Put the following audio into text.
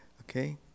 Okay